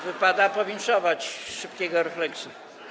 Wypada powinszować szybkiego refleksu.